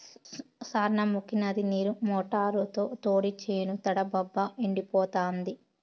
సార్నముకీ నది నీరు మోటారుతో తోడి చేను తడపబ్బా ఎండిపోతాంది